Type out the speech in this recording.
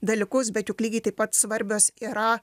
dalykus bet juk lygiai taip pat svarbios yra